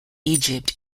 egypt